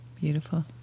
Beautiful